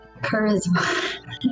Charisma